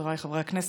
חבריי חברי הכנסת,